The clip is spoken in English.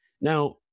Now